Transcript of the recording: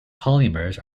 polymers